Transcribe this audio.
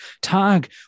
tag